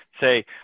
say